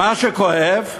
כל הכבוד.